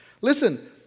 Listen